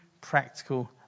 practical